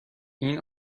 این